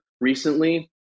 recently